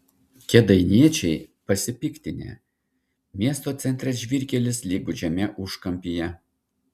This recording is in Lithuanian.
kėdainiečiai pasipiktinę miesto centre žvyrkelis lyg gūdžiame užkampyje